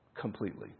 completely